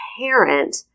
parent